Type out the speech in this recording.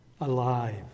alive